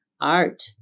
Art